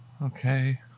Okay